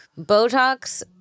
Botox